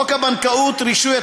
חוק הבנקאות (רישוי),